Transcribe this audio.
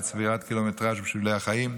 לצבירת קילומטרז' בשבילי החיים.